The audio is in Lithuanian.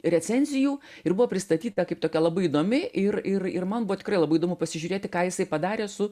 recenzijų ir buvo pristatyta kaip tokia labai įdomi ir ir ir man buvo tikrai labai įdomu pasižiūrėti ką jisai padarė su